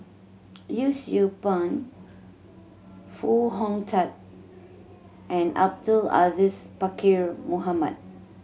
Yee Siew Pun Foo Hong Tatt and Abdul Aziz Pakkeer Mohamed